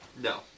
No